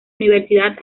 universidad